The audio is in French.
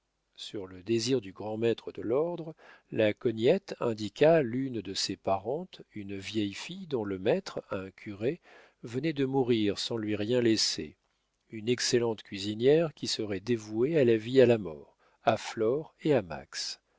sur le désir du grand-maître de l'ordre la cognette indiqua l'une de ses parentes une vieille fille dont le maître un curé venait de mourir sans lui rien laisser une excellente cuisinière qui serait dévouée à la vie à la mort à flore et à max